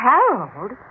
Harold